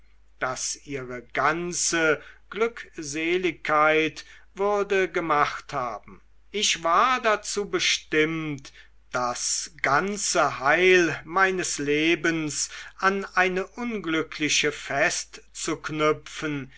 das ihre ganze glückseligkeit würde gemacht haben ich war dazu bestimmt das ganze heil meines lebens an eine unglückliche festzuknüpfen